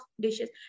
dishes